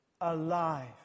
alive